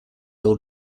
old